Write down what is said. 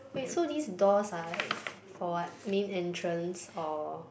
wait so these doors are like for what main entrance or